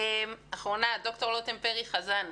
אחרונה, ד"ר לטם פרי-חזן,